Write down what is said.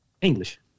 English